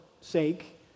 sake